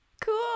cool